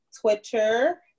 Twitter